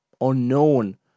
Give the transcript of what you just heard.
unknown